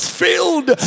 filled